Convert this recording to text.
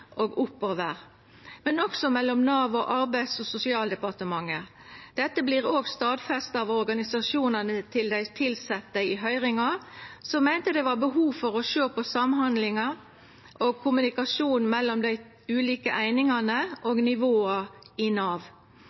og oppover – og mellom Nav og Arbeids- og sosialdepartementet. Dette vart òg i høyringa stadfesta av organisasjonane til dei tilsette, som meinte det var behov for å sjå på samhandlinga og kommunikasjonen mellom dei ulike einingane og nivåa i Nav.